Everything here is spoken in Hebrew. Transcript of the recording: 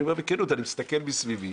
אני אומר בכנות, אני מסתכל מסביבי